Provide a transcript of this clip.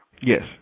Yes